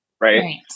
right